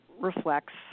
reflects